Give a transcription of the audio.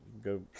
Go